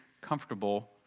comfortable